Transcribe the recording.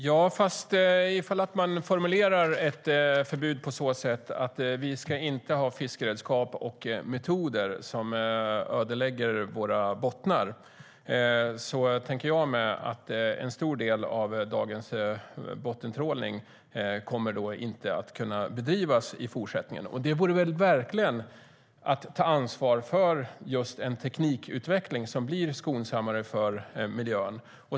Herr talman! Om man formulerar ett förbud på så sätt att vi inte ska ha fiskeredskap och metoder som ödelägger våra bottnar tänker jag mig att en stor del av dagens bottentrålning inte kommer att kunna bedrivas i fortsättningen. Det vore väl verkligen att ta ansvar för en teknikutveckling som blir skonsammare för miljön.